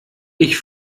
ich